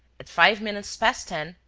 at five minutes past ten,